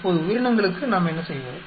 இப்போது உயிரினங்களுக்கு நாம் என்ன செய்வது